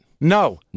no